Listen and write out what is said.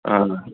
हा